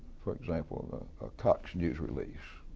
for example, a cox news release,